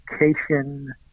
education